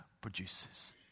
produces